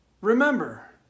remember